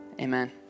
Amen